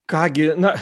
ką gi na